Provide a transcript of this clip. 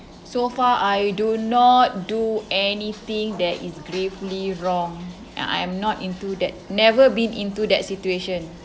so far I do not do anything that is gravely wrong and I am not into that never been into that situation